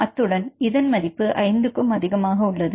அத்துடன் இதன் மதிப்பு 5க்கும் அதிகமாக உள்ளது